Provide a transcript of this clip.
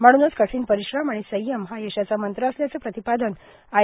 म्हणुनच कठीण परिश्रम आणि संयम हा यशाचा मंत्र असल्याचं प्रतिपादन आय